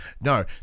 No